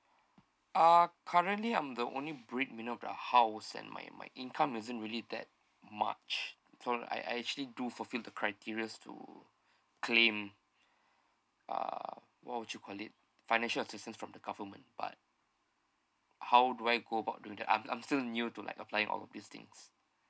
uh currently I'm the only breadwinner of the house and my my income isn't really that much for I I actually do fulfill the criteria to claim uh what would you call it financial assistance from the government but how do I go about doing that I'm I'm still new to like applying all of these things